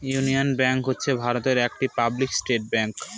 union Bank হচ্ছে ভারতের একটি পাবলিক সেক্টর ব্যাঙ্ক